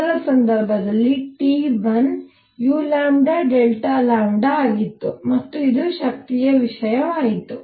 ಮೊದಲ ಸಂದರ್ಭದಲ್ಲಿ t1 u ಆಗಿತ್ತು ಮತ್ತು ಇದು ಶಕ್ತಿಯ ವಿಷಯವಾಯಿತು